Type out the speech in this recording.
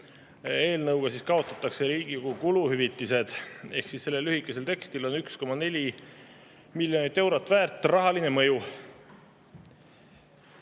Eelnõuga kaotatakse Riigikogu kuluhüvitised. Ehk siis sellel lühikesel tekstil on 1,4 miljonit eurot väärt rahaline mõju.